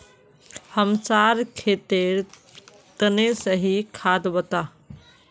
हमसार खेतेर तने सही खाद बता